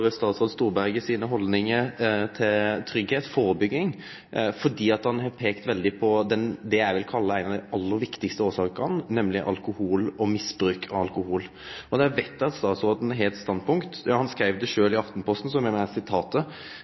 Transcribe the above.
statsråd Storberget sine haldningar til tryggleik og førebygging, fordi han har peikt på det eg vil kalle ei av dei aller viktigaste årsakene til valdskriminalitet, nemleg alkohol og misbruk av alkohol. Der veit eg at statsråden har eit standpunkt. Han skreiv det sjølv i Aftenposten: